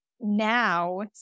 Now